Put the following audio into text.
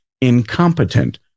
incompetent